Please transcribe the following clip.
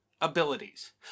abilities